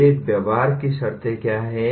ये व्यवहार की शर्तें क्या हैं